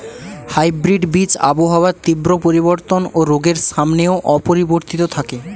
hybrid বীজ আবহাওয়ার তীব্র পরিবর্তন ও রোগের সামনেও অপরিবর্তিত থাকে